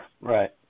Right